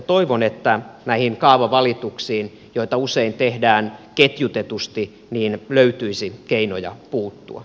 toivon että näihin kaavavalituksiin joita usein tehdään ketjutetusti löytyisi keinoja puuttua